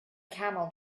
camel